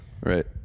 right